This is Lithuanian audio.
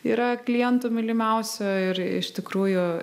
yra klientų mylimiausio ir iš tikrųjų